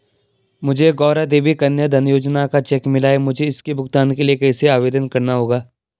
मुझे गौरा देवी कन्या धन योजना का चेक मिला है मुझे इसके भुगतान के लिए कैसे आवेदन करना होगा?